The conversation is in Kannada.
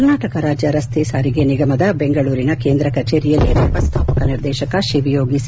ಕರ್ನಾಟಕ ರಾಜ್ಯ ರಸ್ತೆ ಸಾರಿಗೆ ನಿಗಮದ ಬೆಂಗಳೂರಿನ ಕೇಂದ್ರ ಕಚೇರಿಯಲ್ಲಿ ವ್ಯವಸ್ಥಾಪಕ ನಿರ್ದೇಶಕ ಶಿವಯೋಗಿ ಸಿ